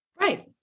Right